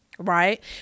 right